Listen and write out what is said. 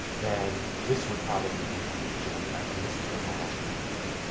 then this would probably be on the agenda. and this is what models can look like.